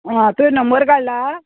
आं तुवें नंबर काडला